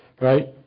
right